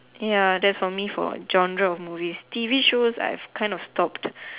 ya that for me for genre of movies T_V shows I kind of stopped